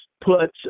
put